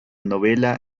novela